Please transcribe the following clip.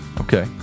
okay